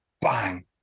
bang